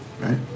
right